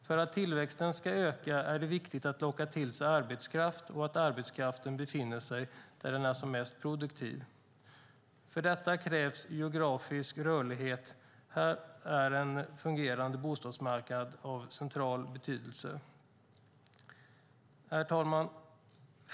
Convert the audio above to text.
För att tillväxten ska öka är det viktigt att locka till sig arbetskraft och att arbetskraften befinner sig där den är som mest produktiv. För detta krävs geografisk rörlighet. Här är en fungerande bostadsmarknad av central betydelse. Herr talman!